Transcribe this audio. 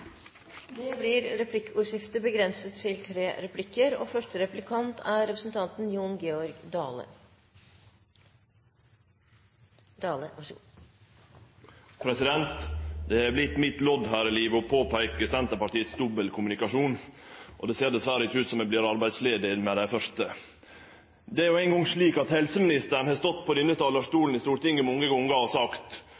Det blir replikkordskifte. Det har vorte min lodd her i livet å påpeike Senterpartiets dobbeltkommunikasjon, og det ser dessverre ikkje ut til at eg vert arbeidsledig med det første. Det er jo ein gong slik at helseministeren har stått på denne